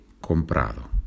comprado